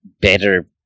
better